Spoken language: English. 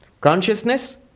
Consciousness